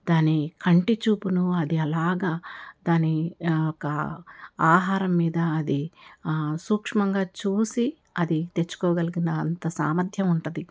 దాని కంటి చూపును అది అలాగ దాని ఒక ఆహారం మీద అది సూక్ష్మంగా చూసి అది తెచ్చుకోగలిగినంత సామర్థ్యం ఉంటుంది